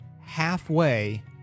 halfway